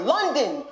London